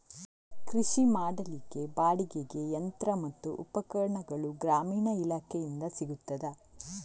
ಕೃಷಿ ಮಾಡಲಿಕ್ಕೆ ಬಾಡಿಗೆಗೆ ಯಂತ್ರ ಮತ್ತು ಉಪಕರಣಗಳು ಗ್ರಾಮೀಣ ಇಲಾಖೆಯಿಂದ ಸಿಗುತ್ತದಾ?